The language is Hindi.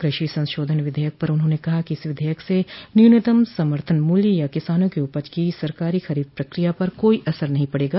कृषि संशोधन विधेयक पर उन्होंने कहा कि इस विधेयक से न्यूनतम समर्थन मूल्य या किसानों की उपज की सरकारी खरीद प्रक्रिया पर कोई असर नहीं पड़ेगा